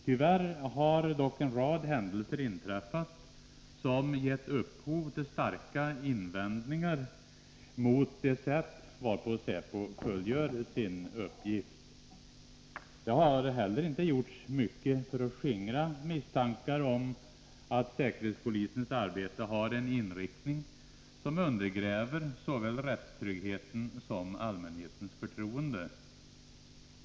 Tyvärr har dock en rad händelser inträffat som gett upphov till starka invändningar mot det sätt varpå säpo fullgör sin uppgift. Det har inte heller gjorts mycket för att skingra misstankar om att säkerhetspolisens arbete har en inriktning som undergräver såväl rättstryggheten som allmänhetens förtroende.